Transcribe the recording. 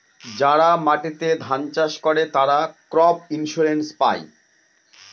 যারা মাটিতে ধান চাষ করে, তারা ক্রপ ইন্সুরেন্স পায়